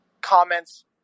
comments